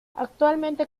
actualmente